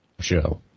Show